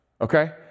okay